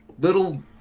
little